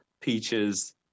peaches